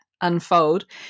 unfold